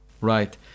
Right